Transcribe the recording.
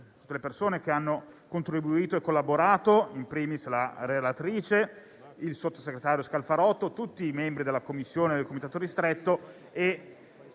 tutte le persone che hanno contribuito e collaborato, *in primis* la relatrice, il sottosegretario Scalfarotto e tutti i membri della Commissione e del comitato ristretto,